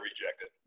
rejected